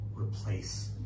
replace